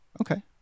Okay